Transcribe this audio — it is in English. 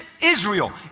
israel